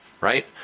right